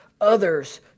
others